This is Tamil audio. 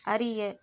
அறிய